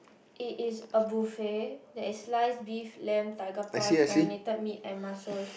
it is a buffet there is sliced beef lamb tiger prawns marinated meat and mussels